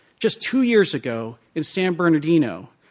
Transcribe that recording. just two years ago, in san bernardino,